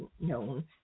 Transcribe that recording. known